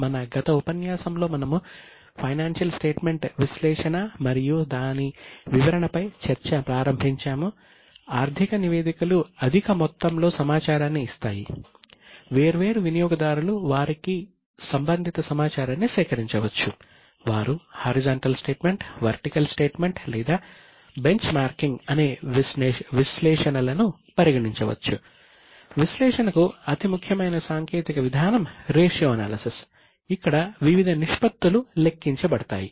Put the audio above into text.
మన గత ఉపన్యాసంలో మనము ఫైనాన్షియల్ స్టేట్మెంట్ ఇక్కడ వివిధ నిష్పత్తులు లెక్కించబడతాయి